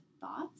thoughts